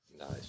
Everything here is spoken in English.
Nice